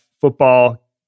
football